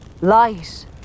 light